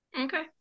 okay